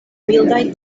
mildaj